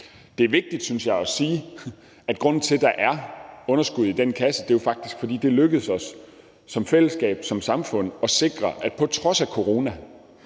Det er vigtigt, synes jeg, at sige, at grunden til, at der er underskud i den kasse, jo faktisk er, at det lykkedes os som fællesskab, som samfund at sikre, at der på trods af corona